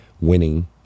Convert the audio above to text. winning